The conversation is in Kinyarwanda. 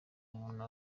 umuntu